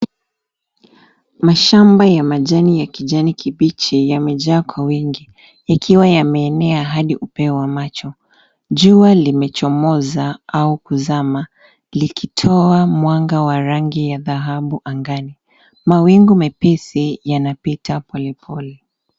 Mashamba ya majani ya kijani kibichi yamejaa kwa wingi, ikiwa yameenea hadi upeo wa macho. Jua limechomoza au kuzama, likitoa mwanga wa rangi ya dhahabu angani. Mawingu mepesi yanapita polepole.